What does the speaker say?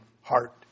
heart